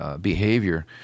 behavior